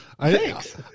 thanks